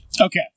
Okay